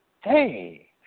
Hey